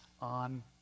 on